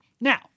Now